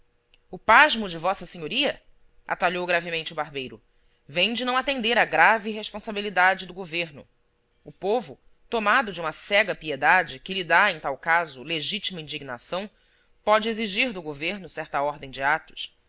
o pasmo de vossa senhoria atalhou gravemente o barbeiro vem de não atender à grave responsabilidade do governo o povo tomado de uma cega piedade que lhe dá em tal caso legitima indignação pode exigir do governo certa ordem de atos